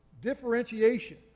differentiation